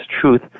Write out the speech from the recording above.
truth